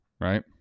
right